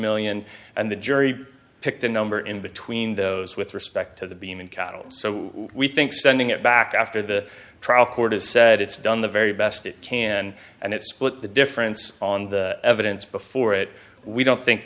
million and the jury picked a number in between those with respect to the beam and cattle so we think sending it back after the trial court has said it's done the very best it can and it split the difference on the evidence before it we don't think